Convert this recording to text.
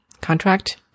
contract